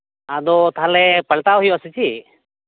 ᱟᱫᱚ ᱛᱟᱦᱚᱞᱮ ᱯᱟᱞᱴᱟᱣ ᱦᱩᱭᱩᱜ ᱟ ᱥᱮᱪᱮᱫ